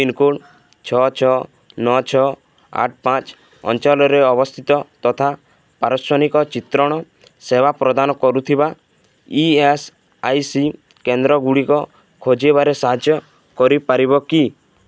pincode ଛଅ ଛଅ ନଅ ଛଅ ଆଠ ପାଞ୍ଚ ଅଞ୍ଚଳରେ ଅବସ୍ଥିତ ତଥା ପାରସ୍ଵନିକ ଚିତ୍ରଣ ସେବା ପ୍ରଦାନ କରୁଥିବା ଇ ଏସ୍ ଆଇ ସି କେନ୍ଦ୍ରଗୁଡ଼ିକ ଖୋଜିବାରେ ସାହାଯ୍ୟ କରିପାରିବ କି